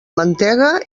mantega